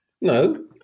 No